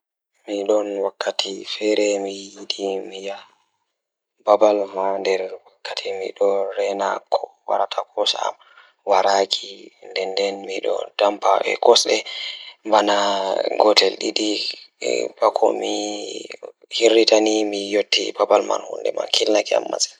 Ko njam ko fowru njamaaji ɗum sabu miɗo njiddaade fiyaangu, Ko mi njiddaade sabu sabu goɗɗo fiyaangu ngal, ɓeen goɗɗo rewɓe ngal.